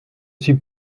suis